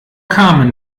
carmen